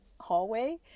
hallway